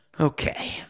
Okay